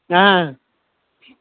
آ آ